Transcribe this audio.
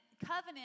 covenant